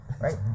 right